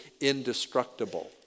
indestructible